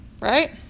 right